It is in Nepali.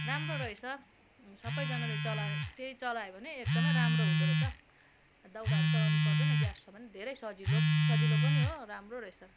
राम्रो रहेछ सबैजनाले चला त्यही चलायो भने एकदमै राम्रो हुँदो रहेछ दाउराहरू चलाउनु पर्दैन ग्यास छ भने धेरै सजिलो सजिलो पनि हो राम्रो रहेछ